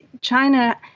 China